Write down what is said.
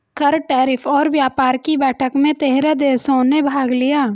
कर, टैरिफ और व्यापार कि बैठक में तेरह देशों ने भाग लिया